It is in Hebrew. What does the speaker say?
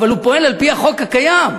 אבל הוא פועל לפי החוק הקיים.